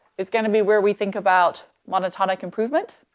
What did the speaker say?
is going to be where we think about monotonic improvement.